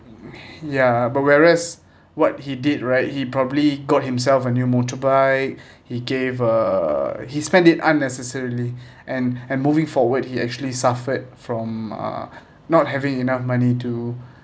mm ya but whereas what he did right he probably got himself a new motorbike he gave uh he spend it unnecessarily and and moving forward he actually suffered from uh not having enough money to